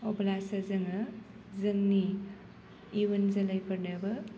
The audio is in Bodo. अब्लासो जोङो जोंनि इउन जोलैफोरनोबो